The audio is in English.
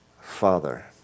Father